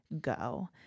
go